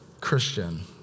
Christian